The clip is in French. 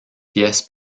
pièce